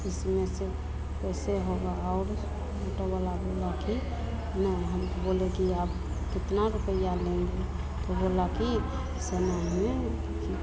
इसमें से कैसे होगा और और डबल आदमी नहीं हम बोले कि आप कितना रुपया लेंगे तो बोला कि में कि